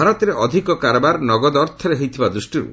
ଭାରତରେ ଅଧିକ କାରବାର ନଗଦ ଅର୍ଥରେ ହୋଇଥିବା ଦୃଷ୍ଟିରୁ